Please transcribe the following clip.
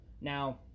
Now